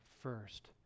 first